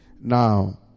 Now